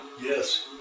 Yes